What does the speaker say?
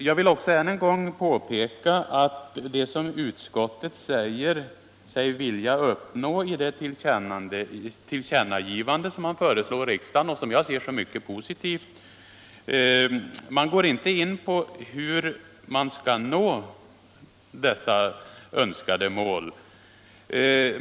Jag vill än en gång påpeka att utskottet inte går in på hur man skall uppnå de mål som utskottet säger sig vilja uppnå i det tillkännagivande, som man föreslår riksdagen att göra och som jag ser som mycket positivt.